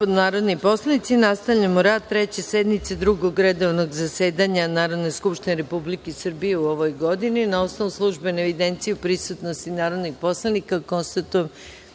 narodni nastavljamo rad Treće sednice Drugog redovnog zasedanja Narodne skupštine Republike Srbije u 2016. godini. Na osnovu službene evidencije o prisutnosti narodnih poslanika, konstatujem